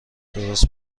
درست